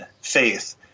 faith